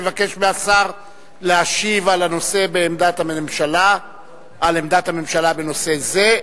אני מבקש מהשר להשיב על עמדת הממשלה בנושא זה.